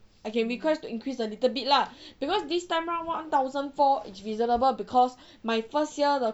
I can request to increase a little bit lah because this time round one thousand four is reasonable because my first year the